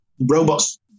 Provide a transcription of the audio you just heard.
Robots